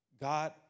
God